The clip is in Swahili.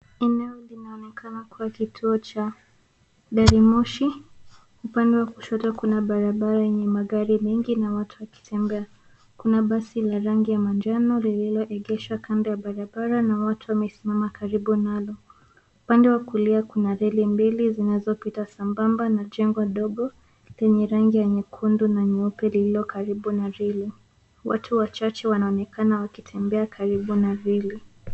Eneo linaonekana kuwa kituo cha gari moshi. Upande wa kushoto kuna barabara yenye magari mingi na watu wakitembea. Kuna basi la rangi ya manjano liiloegeshwa kando ya barabara na watu wamesimama karibu nalo. Upande wa kulia kuna reli mbili zinazopita sambamba na jengo dogo lenye rangi ya nyekundu na nyeupe liilokaribu na reli. Watu wachache wanaonekana wakitembea karibu na reli.